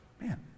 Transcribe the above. man